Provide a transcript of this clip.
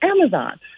Amazon